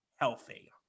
healthy